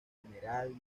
general